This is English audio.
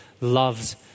loves